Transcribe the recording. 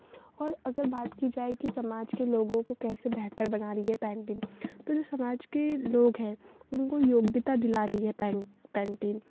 और बात की जाए कि समाज के लोगों को कैसे बेहतर बना रही है पैंटिन तो जो समाज के लोग हैं उनको योग्यता दिला रही है पैंग पैंटिन